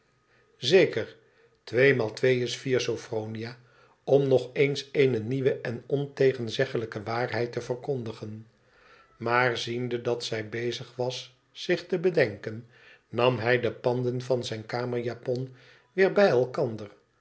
zeker tweemaal twee is vier sophronia om nog eens eene nieuwe gi ontegenzeglijke waarheid te verkondigen maar ziende dat zij bezig was zich te bedenken nam hij de panden van zijne kamerjapon weer bij elkander